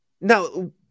Now